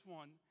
one